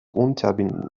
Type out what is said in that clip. unterbinden